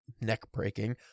neck-breaking